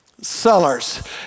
Sellers